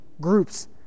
groups